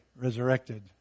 resurrected